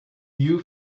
you